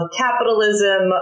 capitalism